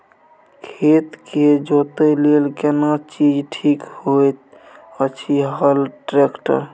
खेत के जोतय लेल केना चीज ठीक होयत अछि, हल, ट्रैक्टर?